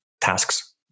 tasks